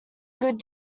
good